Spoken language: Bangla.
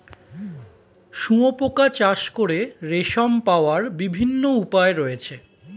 শুঁয়োপোকা চাষ করে রেশম পাওয়ার বিভিন্ন উপায় রয়েছে